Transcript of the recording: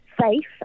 safe